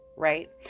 right